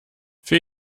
für